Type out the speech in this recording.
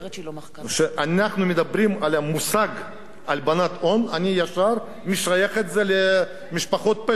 כשאנחנו מדברים על המושג "הלבנת הון" אני ישר משייך את זה למשפחות פשע.